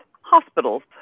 hospitals